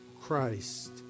Christ